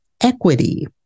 equity